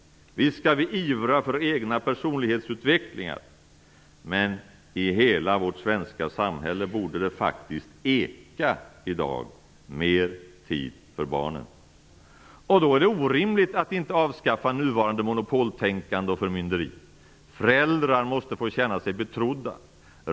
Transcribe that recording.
Visst skall vi ivra för egen personlighetsutveckling. Men i hela vårt svenska samhälle borde det faktiskt eka i dag: Mer tid för barnen! Då är det orimligt att inte avskaffa nuvarande monopoltänkande och förmynderi. Föräldrar måste få känna sig betrodda.